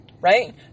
right